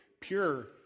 pure